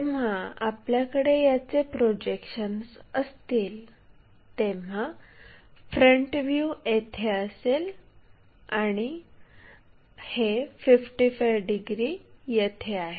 जेव्हा आपल्याकडे याचे प्रोजेक्शन्स असतील तेव्हा फ्रंट व्ह्यू येथे असेल आणि हे 55 डिग्री येथे आहे